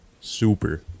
Super